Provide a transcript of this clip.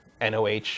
NOH